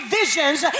visions